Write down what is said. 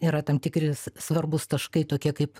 yra tam tikri svarbūs taškai tokie kaip